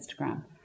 Instagram